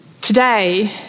Today